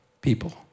people